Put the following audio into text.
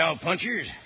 Cowpunchers